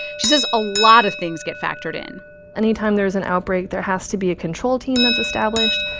she says a lot of things get factored in anytime there is an outbreak, there has to be control team that's established.